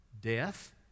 death